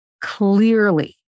clearly